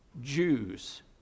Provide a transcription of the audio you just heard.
Jews